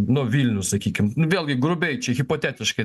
nu vilniuj sakykim vėlgi grubiai čia hipotetiškai